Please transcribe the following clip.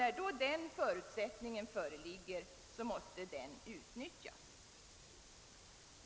När den möjligheten föreligger måste den utnyttjas.